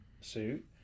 suit